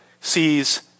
sees